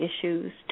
issues